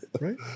Right